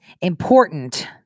important